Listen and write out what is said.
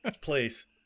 Please